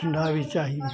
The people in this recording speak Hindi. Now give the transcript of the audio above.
ठंडा भी चाहिए